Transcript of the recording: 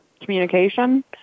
Communication